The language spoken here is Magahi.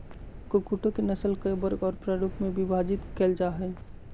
कुक्कुटों के नस्ल कई वर्ग और प्ररूपों में विभाजित कैल जा हइ